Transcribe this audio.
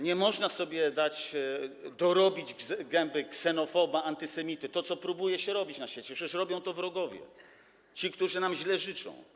Nie można sobie dać dorobić gęby ksenofoba, antysemity, co próbuje się robić na świecie, przecież robią to wrogowie, ci, którzy nam źle życzą.